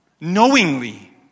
knowingly